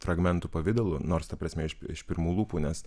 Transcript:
fragmentų pavidalu nors ta prasme aš iš pirmų lūpų nes